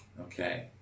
Okay